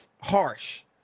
harsh